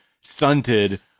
stunted